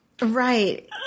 Right